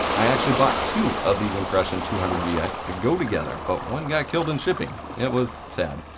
i actually bought two of these impression two hundred vx to go together, but one got killed in shipping. it was sad.